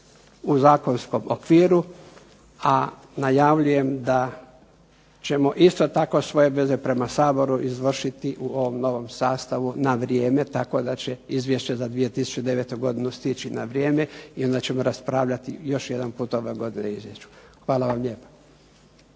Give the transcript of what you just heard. u zakonskom okviru, a najavljujem isto tako da ćemo svoje obaveze prema Saboru izvršiti u ovom novom sastavu na vrijeme tako da će Izvješće za 2009. doći na vrijeme i onda ćemo raspravljati još jedan put ove godine o izvješću. Hvala vam lijepa.